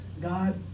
God